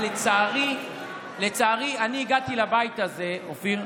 אבל לצערי, אני הגעתי לבית הזה, אופיר,